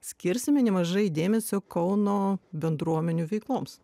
skirsime nemažai dėmesio kauno bendruomenių veikloms